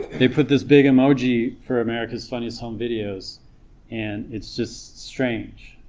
they put this big emoji for america's funniest home videos and it's just strange.